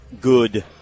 good